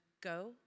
Go